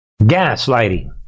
Gaslighting